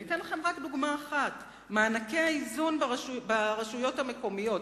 אתן לכם רק דוגמה אחת: מענקי איזון ברשויות המקומיות.